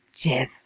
Jeff